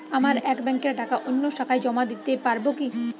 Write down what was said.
আমার এক ব্যাঙ্কের টাকা অন্য শাখায় জমা দিতে পারব কি?